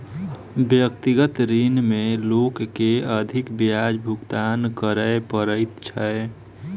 व्यक्तिगत ऋण में लोक के अधिक ब्याज भुगतान करय पड़ैत छै